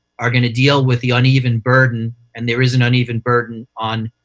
are going to deal with the uneven burden and there is an uneven burden on